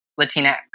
Latinx